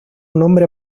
nombre